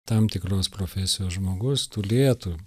tam tikros profesijos žmogus turėtų